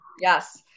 yes